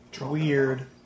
Weird